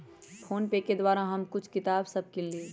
PhonePe के द्वारा हम कुछ किताप सभ किनलियइ